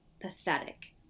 Pathetic